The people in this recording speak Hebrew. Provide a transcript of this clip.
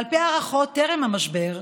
על פי ההערכות טרם המשבר,